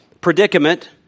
predicament